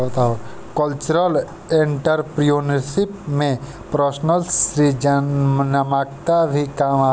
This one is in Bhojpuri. कल्चरल एंटरप्रेन्योरशिप में पर्सनल सृजनात्मकता भी काम आवेला